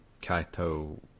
Kaito